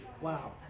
wow